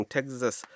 Texas